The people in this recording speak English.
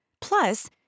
Plus